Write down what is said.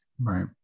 Right